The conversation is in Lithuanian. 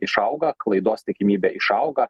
išauga klaidos tikimybė išauga